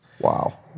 Wow